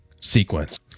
sequence